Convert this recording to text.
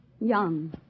Young